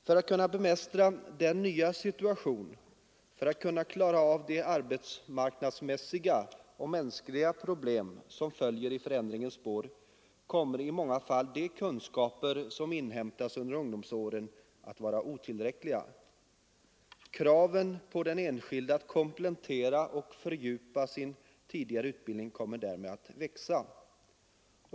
För att kunna bemästra denna nya situation, för att kunna klara av de arbetsmarknadsmässiga och mänskliga problem som följer i förändringarnas spår kommer i många fall de kunskaper som inhämtats under ungdomsåren att vara otillräckliga. Kraven på den enskilde att komplettera och fördjupa sin tidigare utbildning kommer därmed att växa.